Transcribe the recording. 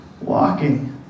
walking